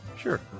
Sure